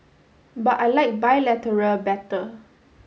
but I like bilateral better